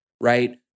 right